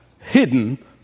hidden